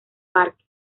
parque